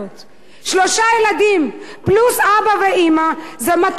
שלושה ילדים פלוס אבא ואמא זה 200 שקל,